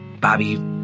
Bobby